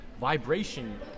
vibration